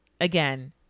again